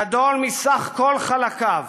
גדול מסך כל חלקיו,